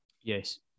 yes